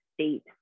state